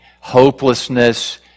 hopelessness